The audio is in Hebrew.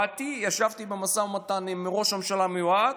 באתי, ישבתי במשא ומתן עם ראש הממשלה המיועד,